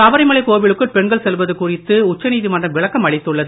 சபரிமலை கோவிலுக்குள் பெண்கள் செல்வது குறித்து உச்ச நீதிமன்றம் விளக்கம் அளித்துள்ளது